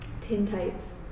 tintypes